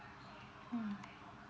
mm